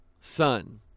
son